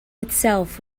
itself